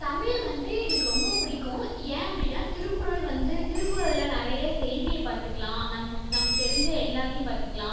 தமிழ் வந்து எனக்கு ரொம்பப் பிடிக்கும் ஏன் அப்படின்னா திருக்குறள் வந்து திருக்குறளில் நிறைய செய்தியை பார்த்துக்கலாம் நம்ம நமக்கு தெரிஞ்ச எல்லாத்தையும் பார்த்துக்கலாம்